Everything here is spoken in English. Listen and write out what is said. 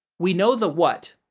we know the what,